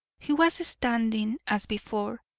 he was standing, as before,